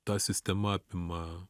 ta sistema apima